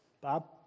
Bob